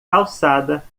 calçada